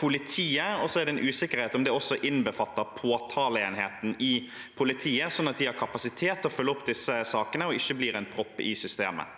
politiet, og så er det usikkert om det også innbefatter påtaleenheten i politiet, sånn at de har kapasitet til å følge opp disse sakene og ikke blir en propp i systemet.